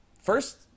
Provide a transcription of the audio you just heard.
first